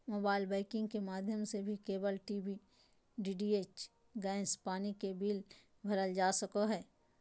mobile banking के माध्यम से भी केबल टी.वी, डी.टी.एच, गैस, पानी के बिल भरल जा सको हय